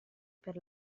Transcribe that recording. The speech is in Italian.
per